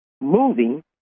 moving